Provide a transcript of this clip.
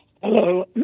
hello